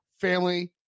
family